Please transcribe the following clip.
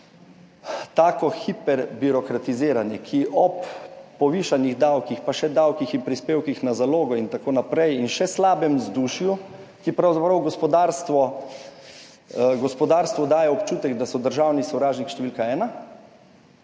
tako hiper birokratiziranje, ki ob povišanih davkih, pa še davkih in prispevkih na zalogo in tako naprej in še slabem vzdušju, ki pravzaprav gospodarstvo gospodarstvu daje občutek, da so državni sovražnik številka 1,